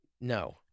no